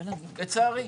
לצערי.